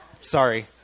Sorry